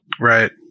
right